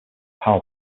power